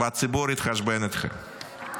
והציבור יתחשבן איתכם.